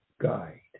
guide